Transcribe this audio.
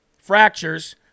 fractures